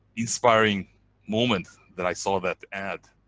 inspiring moment that i saw that ad.